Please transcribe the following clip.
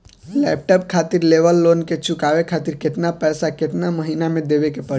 Laptop खातिर level loan के चुकावे खातिर केतना पैसा केतना महिना मे देवे के पड़ी?